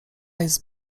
jest